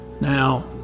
Now